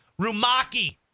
Rumaki